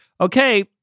okay